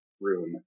room